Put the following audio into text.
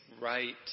right